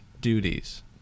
duties